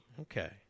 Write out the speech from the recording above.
Okay